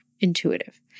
intuitive